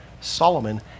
Solomon